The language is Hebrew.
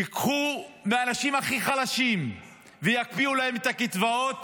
ייקחו מהאנשים הכי חלשים ויקפיאו להם את הקצבאות,